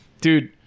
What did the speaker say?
dude